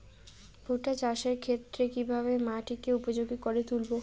ভুট্টা চাষের ক্ষেত্রে কিভাবে মাটিকে উপযোগী করে তুলবো?